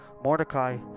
mordecai